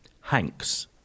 Hanks